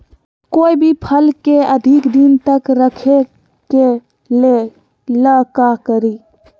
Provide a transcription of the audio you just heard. कोई भी फल के अधिक दिन तक रखे के ले ल का करी?